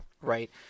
Right